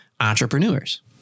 entrepreneurs